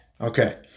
Okay